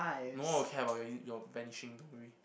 no one will care about your vanishing don't worry